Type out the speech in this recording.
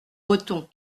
breton